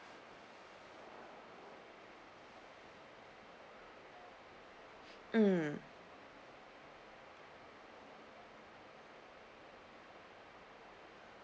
mm